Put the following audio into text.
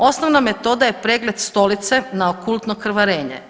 Osnovna metoda je pregled stolice na okultno krvarenje.